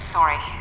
Sorry